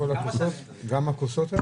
גם הכוסות שאת